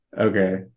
Okay